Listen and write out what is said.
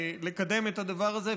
לקדם את הדבר הזה,